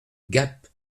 gap